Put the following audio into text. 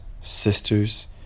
sisters